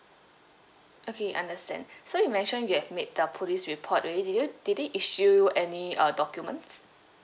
okay understand so you mentioned you have made the police report already did you did they issue any uh documents